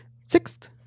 sixth